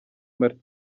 martin